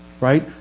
right